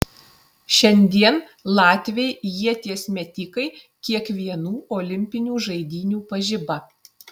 šiandien latviai ieties metikai kiekvienų olimpinių žaidynių pažiba